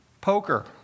Poker